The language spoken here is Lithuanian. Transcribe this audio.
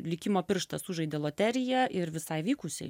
likimo pirštas sužaidė loteriją ir visai vykusiai